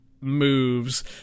moves